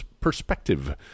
perspective